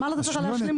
מה לתת לך להשלים?